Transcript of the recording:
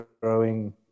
growing